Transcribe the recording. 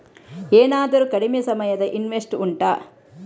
ಏನಾದರೂ ಕಡಿಮೆ ಸಮಯದ ಇನ್ವೆಸ್ಟ್ ಉಂಟಾ